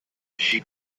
she